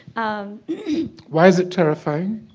um why is it terrifying?